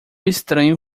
estranho